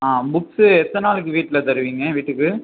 ஆ books எத்தனை நாளைக்கு வீட்டில் தருவீங்க வீட்டுக்கு